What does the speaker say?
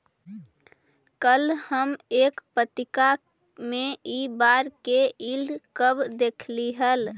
कल हम एक पत्रिका में इ बार के यील्ड कर्व देखली हल